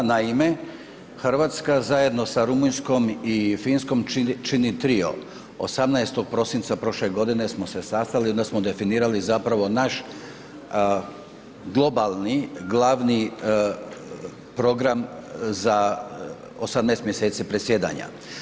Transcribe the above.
Naime, Hrvatska zajedno sa Rumunjskom i Finskom čini trio, 18. prosinca prošle godine smo se sastali, onda smo definirali zapravo naš globalni glavni program za 18 mj. predsjedanja.